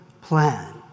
plan